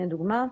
הנה דוגמא.